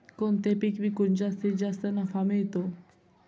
कोणते पीक विकून जास्तीत जास्त नफा मिळतो?